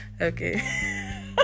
okay